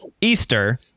Easter